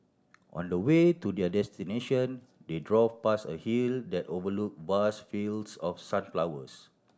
on the way to their destination they drove past a hill that overlook vast fields of sunflowers